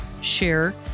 share